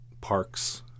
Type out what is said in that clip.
parks